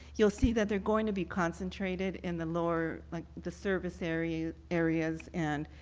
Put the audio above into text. you will see that they are going to be concentrated in the lower, like the service areas areas and